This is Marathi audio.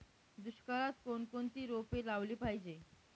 दुष्काळात कोणकोणती रोपे लावली पाहिजे?